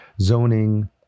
zoning